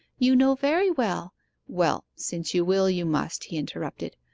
you know very well well, since you will, you must he interrupted.